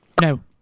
No